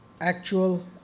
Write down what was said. actual